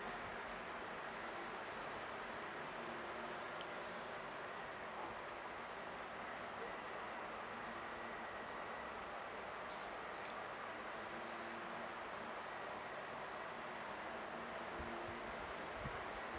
um